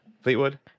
fleetwood